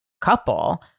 couple